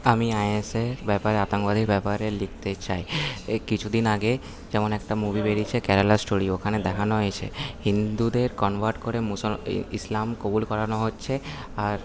আমি আইএসের ব্যাপারে আতঙ্কবাদীর ব্যাপারে লিখতে চাই এই কিছুদিন আগে যেমন একটা মুভি বেরিয়েছে কেরালা স্টোরি ওখানে দেখানো হয়েছে হিন্দুদের কনভার্ট করে মুসল এই ইসলাম কবুল করানো হচ্ছে আর